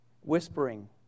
whispering